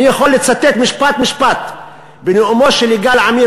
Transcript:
אני יכול לצטט משפט-משפט מנאומו של יגאל עמיר